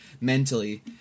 mentally